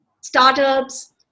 startups